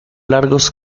largos